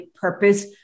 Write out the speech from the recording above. purpose